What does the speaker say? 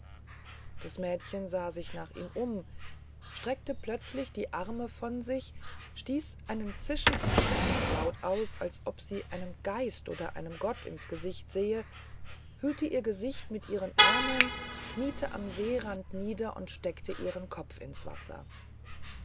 das mädchen sah sich nach ihm um streckte plötzlich die arme von sich stieß einen zischenden schreckenslaut aus als ob sie einem geist oder einem gott ins gesicht sähe hüllte ihr gesicht in ihre ärmel kniete am seerand nieder und steckte ihren kopf ins wasser